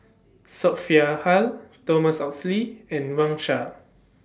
Sophia Hull Thomas Oxley and Wang Sha